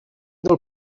del